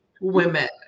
women